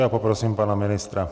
Já poprosím pana ministra.